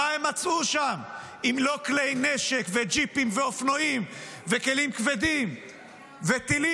מה הם מצאו שם אם לא כלי נשק וג'יפים ואופנועים וכלים כבדים וטילים,